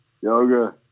yoga